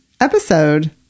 episode